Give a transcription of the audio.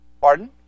pardon